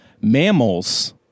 Mammals